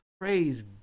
Praise